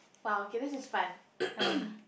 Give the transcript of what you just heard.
!wow! okay this is fun